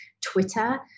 Twitter